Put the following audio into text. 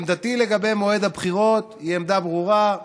עמדתי לגבי מועד הבחירות היא עמדה ברורה,